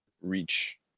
reach